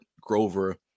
Grover